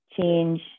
change